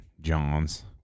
john's